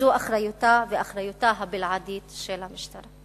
זו אחריותה ואחריותה הבלעדית של המשטרה.